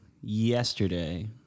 yesterday